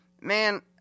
man